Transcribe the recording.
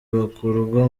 bakurwa